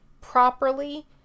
properly